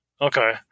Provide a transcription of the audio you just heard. okay